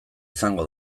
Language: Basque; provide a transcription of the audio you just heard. izango